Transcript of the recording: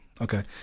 okay